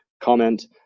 comment